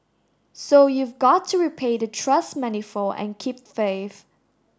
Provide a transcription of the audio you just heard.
so you've got to repay the trust manifold and keep faith